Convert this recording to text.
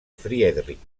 friedrich